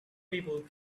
people